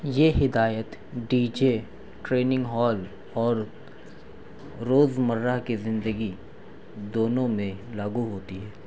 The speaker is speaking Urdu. یہ ہدایت ڈی جے ٹریننگ ہال اور روزمرہ کی زندگی دونوں میں لاگو ہوتی ہے